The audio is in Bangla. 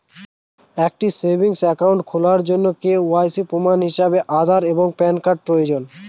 একটি সেভিংস অ্যাকাউন্ট খোলার জন্য কে.ওয়াই.সি প্রমাণ হিসাবে আধার এবং প্যান কার্ড প্রয়োজন